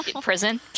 Prison